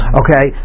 okay